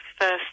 first